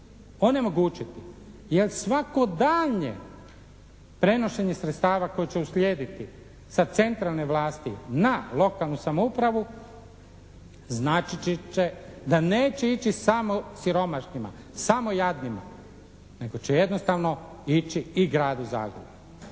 Onemogućiti. Jer svako daljnje prenošenje sredstava koje će uslijediti sa centralne vlasti na lokalnu samoupravu značit će da neće ići samo siromašnima, samo jadnima nego će jednostavno ići i gradu Zagrebu.